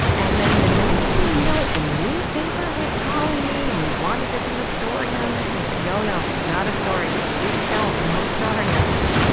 and then the next thing you know, the newspaper was calling me and they wanted to do a story on this. i said, no, no, not a story. please don't. no story on this.